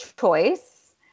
choice